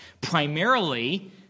primarily